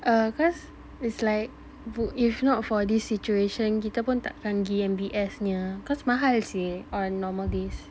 err cause is like if not for this situation kita pun tak pergi M_B_S nya cause mahal seh on normal days